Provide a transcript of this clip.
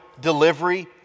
delivery